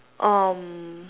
um